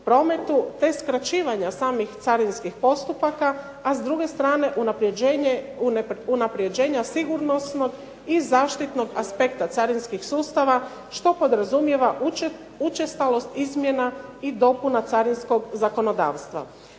prometu te skraćivanja samih carinskih postupaka, a s druge strane unapređenja sigurnosnog i zaštitnog aspekta carinskih sustava. Što podrazumijeva učestalost izmjena i dopuna carinskog zakonodavstva.